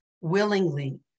willingly